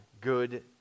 good